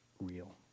real